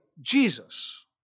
Jesus